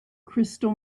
crystal